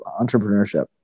entrepreneurship